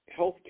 healthcare